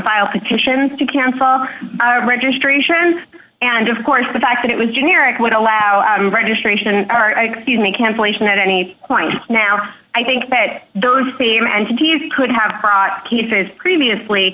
file petitions to cancel our registration and of course the fact that it was generic would allow registration our excuse me cancellation at any point now i think that those same entities could have